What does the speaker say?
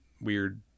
weird